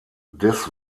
des